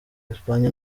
espagne